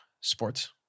sports